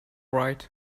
right